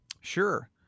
Sure